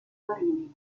marini